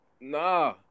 Nah